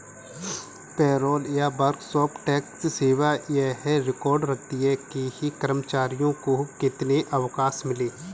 payroll या workforce tax सेवा यह रिकॉर्ड रखती है कि कर्मचारियों को कितने अवकाश मिले